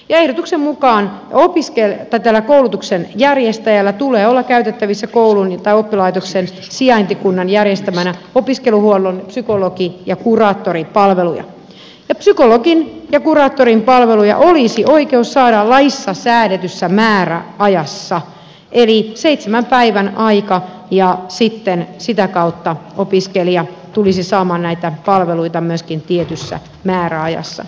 ehdotuksen mukaan tällä koulutuksen järjestäjällä tulee olla käytettävissä koulun tai oppilaitoksen sijaintikunnan järjestämänä opiskeluhuollon psykologi ja kuraattoripalveluja ja psykologin ja kuraattorin palveluja olisi oikeus saada laissa säädetyssä määräajassa eli seitsemän päivän ajassa ja sitten sitä kautta opiskelija tulisi saamaan näitä palveluja myöskin tietyssä määräajassa